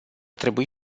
trebui